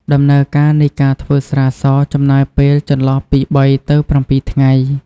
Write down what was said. ដំណើរការនៃការធ្វើស្រាសចំណាយពេលចន្លោះពី៣ទៅ៧ថ្ងៃ។